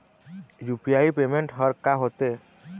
UPI payment हर का होते?